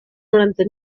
noranta